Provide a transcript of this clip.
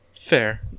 Fair